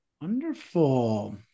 Wonderful